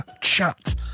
chat